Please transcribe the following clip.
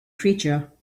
creature